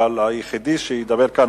אבל היחידי שידבר כאן,